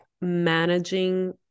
managing